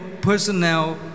personnel